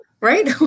right